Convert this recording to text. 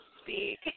speak